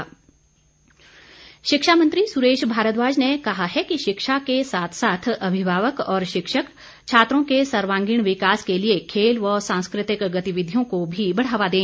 सुरेश भारद्वाज शिक्षा मंत्री सुरेश भारद्वाज ने कहा है कि शिक्षा के साथ साथ अभिभावक और शिक्षक छात्रों के सर्वांगीण विकास के लिए खेल व सांस्कृतिक गतिविधियों को भी बढ़ावा दें